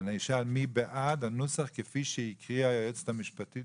אני אשאל מי בעד הנוסח כפי שהקריאה היועצת המשפטית.